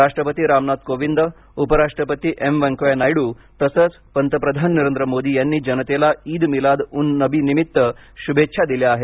राष्ट्रपती रामनाथ कोविंद उपराष्ट्रपती वैंकय्या नायडू तसंच पंतप्रधान नरेंद्र मोदी यांनी जनतेला ईद मिलाद उन नबी निमित्त शुभेच्छा दिल्या आहेत